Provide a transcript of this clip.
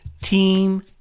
team